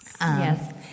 Yes